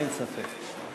אין ספק.